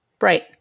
Right